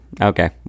Okay